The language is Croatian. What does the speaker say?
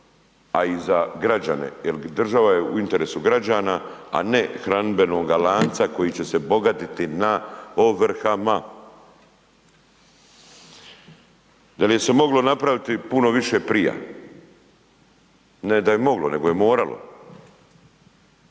a i za građane jer država je u interesu građana, a ne hranidbenoga lanca koji će se bogatiti na ovrhama. Da li se moglo napraviti puno više prije? Ne da je moglo, nego je moralo.